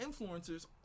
influencers